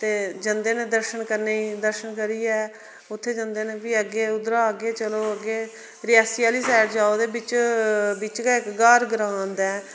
ते जंदे नै दर्शन करने गी दर्शन करियै उत्थै जंदे न फ्ही अग्गै उद्धरा अग्गै चलो अग्गै रियासी आह्ली साइड जाओ ते बिच बिच गै ग्हार ग्रां आंदा ऐ